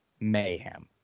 mayhem